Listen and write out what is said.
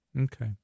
Okay